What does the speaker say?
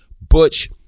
Butch